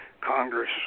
Congress